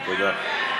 תודה.